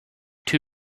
two